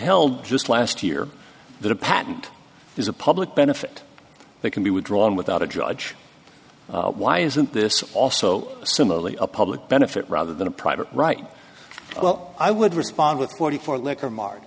held just last year that a patent is a public benefit that can be withdrawn without a judge why isn't this also similarly a public benefit rather than a private right well i would respond with forty four liquor mart